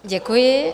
Děkuji.